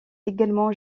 également